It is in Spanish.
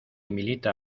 milita